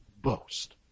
boast